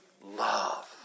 love